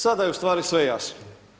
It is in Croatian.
Sada je ustvari sve jasno.